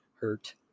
hurt